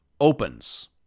opens